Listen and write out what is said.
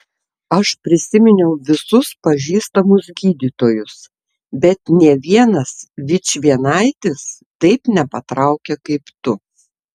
aš prisiminiau visus pažįstamus gydytojus bet nė vienas vičvienaitis taip nepatraukia kaip tu